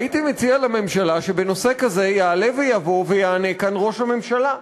הייתי מציע לממשלה שבנושא כזה יעלה ויבוא ויענה כאן ראש הממשלה.